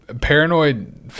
Paranoid